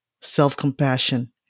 self-compassion